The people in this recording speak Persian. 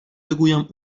بگویم